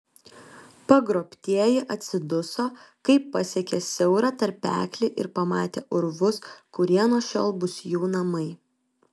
pagrobtieji atsiduso kai pasiekė siaurą tarpeklį ir pamatė urvus kurie nuo šiol bus jų namai